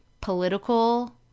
political